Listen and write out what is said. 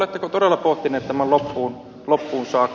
oletteko todella pohtinut tämän loppuun saakka